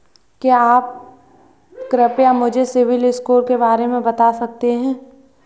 क्या आप कृपया मुझे सिबिल स्कोर के बारे में बता सकते हैं?